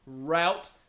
route